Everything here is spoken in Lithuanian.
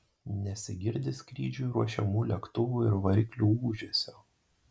nesigirdi skrydžiui ruošiamų lėktuvų ir variklių ūžesio